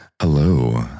Hello